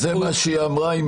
אם זה מה שהיא אמרה,